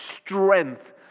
strength